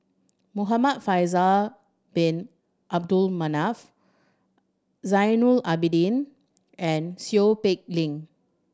Muhamad Faisal Bin Abdul Manap Zainal Abidin and Seow Peck Leng